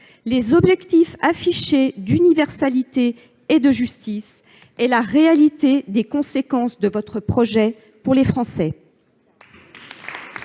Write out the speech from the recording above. les objectifs affichés d'universalité et de justice et la réalité des conséquences de votre projet pour les Français ? La parole est